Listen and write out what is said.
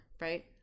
right